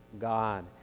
God